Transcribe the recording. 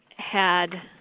had